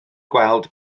gweld